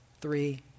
three